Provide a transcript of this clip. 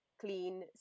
clean